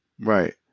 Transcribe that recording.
Right